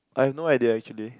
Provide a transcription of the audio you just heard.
I have no idea actually